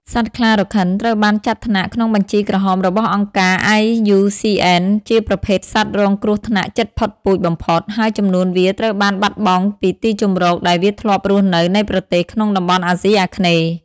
សត្វខ្លារខិនត្រូវបានចាត់ថ្នាក់ក្នុងបញ្ជីក្រហមរបស់អង្គការ IUCN ជាប្រភេទសត្វរងគ្រោះថ្នាក់ជិតផុតពូជបំផុត ហើយចំនួនវាត្រូវបានបាត់បង់ពីទីជម្រកដែលវាធ្លាប់រស់នៅនៃប្រទេសក្នុងតំបន់អាស៊ីអាគ្នេយ៍។